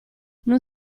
non